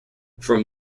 from